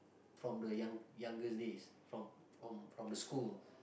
from the young youngest days from from from the school